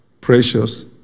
precious